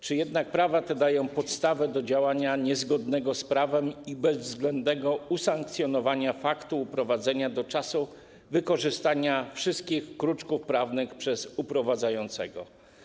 Czy jednak prawa te dają podstawę do działania niezgodnego z prawem i bezwzględnego usankcjonowania faktu uprowadzenia do czasu wykorzystania wszystkich kruczków prawnych przez uprowadzającego?